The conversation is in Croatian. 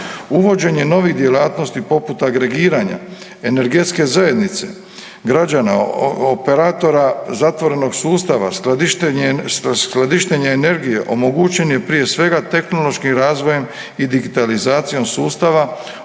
Uvođenje novih djelatnosti poput agregiranja energetske zajednice, građana, operatora zatvorenog sustava, skladištenje energije omogućen je prije svega tehnološkim razvojem i digitalizacijom sustava